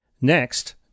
Next